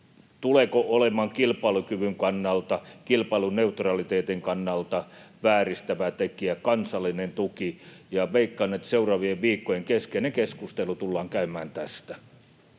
tuki olemaan kilpailukyvyn kannalta, kilpailuneutraliteetin kannalta, vääristävä tekijä? Veikkaan, että seuraavien viikkojen keskeinen keskustelu tullaan käymään tästä.